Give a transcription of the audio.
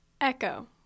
Echo